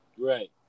right